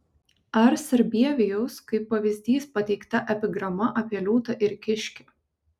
ar sarbievijaus kaip pavyzdys pateikta epigrama apie liūtą ir kiškį